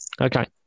Okay